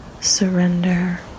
surrender